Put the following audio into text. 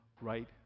right